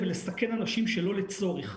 ולסכן אנשים שלא לצורך.